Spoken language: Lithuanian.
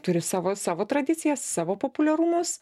turi savo savo tradicijas savo populiarumus